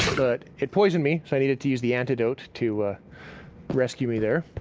but it poisoned me, so i needed to use the antidote to rescue me there.